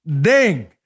ding